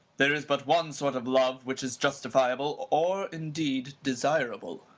there is but one sort of love which is justifiable, or, indeed, desirable.